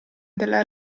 della